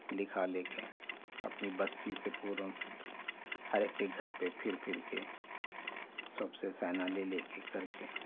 لکھا لے کے اپنی بستی سے پوروں سے ہر ایک کے گھر پہ پھر پھر کے سب سے سائنا لے لے کے کر کے